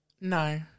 No